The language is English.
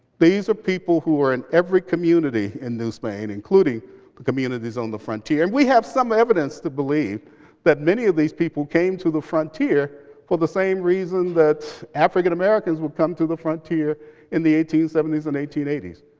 these are people who are in every community in new spain, including the communities on the frontier. and we have some evidence to believe that many of these people came to the frontier for the same reason that african-americans would come to the frontier in the eighteen seventy s and eighteen eighty s.